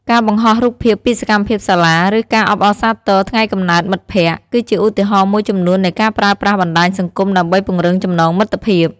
ការបង្ហោះរូបភាពពីសកម្មភាពសាលា ឬការអបអរសាទរថ្ងៃកំណើតមិត្តភក្តិ គឺជាឧទាហរណ៍មួយចំនួននៃការប្រើប្រាស់បណ្ដាញសង្គមដើម្បីពង្រឹងចំណងមិត្តភាព។